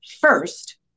first